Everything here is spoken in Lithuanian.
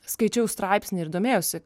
skaičiau straipsnį ir domėjausi